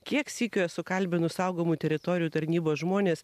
kiek sykių esu kalbinus saugomų teritorijų tarnybos žmones